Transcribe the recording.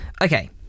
okay